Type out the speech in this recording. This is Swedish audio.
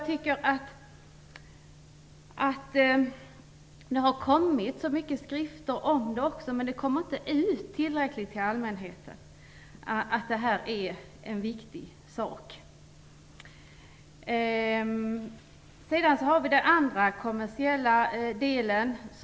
Det har utgivits många skrifter om detta, men det når inte ut tillräckligt till allmänheten att detta är en viktig fråga. Vi har också en annan kommersiell aspekt på detta.